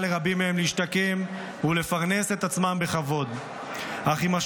להשתקם ולשלבם בחברה בצורה מכובדת וראויה.